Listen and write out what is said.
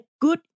good